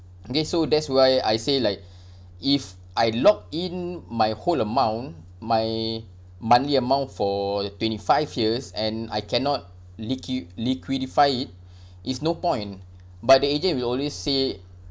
okay so that's why I say like if I lock in my whole amount my monthly amount for twenty five years and I cannot liqu~ liquidify it is no point but the agent will always say